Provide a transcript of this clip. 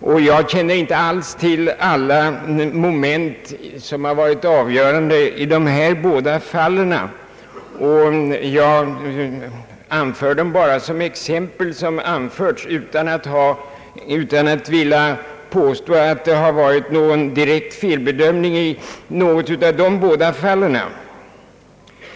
och jag känner inte alls till alla moment som varit avgörande i dessa båda fall. Jag anför dem bara som exempel utan att påstå att det skett någon direkt felbedömning i dessa båda fall.